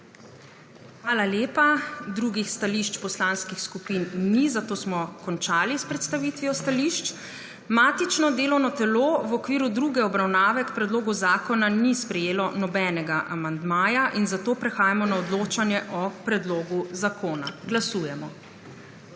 Hvala lepa. Drugih stališč poslanskih skupin ni, zato smo končali s predstavitvijo stališč. Matično delovno delo v okviru druge obravnave k predlogu zakona ni sprejelo nobenega amandmaja in zato prehajamo na odločanje o predlogu zakona. Glasujemo.